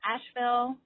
Asheville